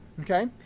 okay